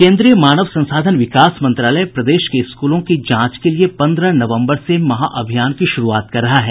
केन्द्रीय मानव संसाधन विकास मंत्रालय प्रदेश के स्कूलों की जांच के लिए पन्द्रह नवम्बर से महाअभियान की शुरूआत कर रहा है